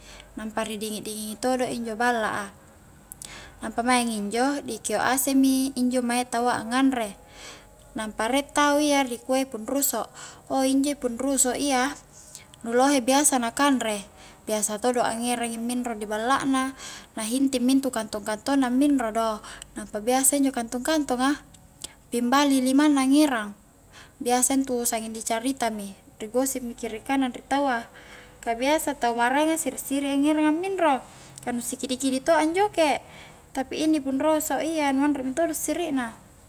Nampa ri dingi-dingingi todo injo balla a nampa maing injo di keo aseng mi injo mae taua a nganre, nampa rie tau iya di kua pung ruso, ou injo pung ruso iya nu lohe biasa na kanre, biasa todo' angerangi minro di balla na, na hinting mi intu kantong-kantong na minro do, nampa biasa injo kantong-kantonga pimbali limanna ngerang, biasa intu sanging di carita mi ri gospi mi kiri kanang ri taua ka biasa tau maraenga siri-siri angeranga minro ka nu sikidi-kidi to anjoke tapi inni pung roso iya nu anre mentodo sirik na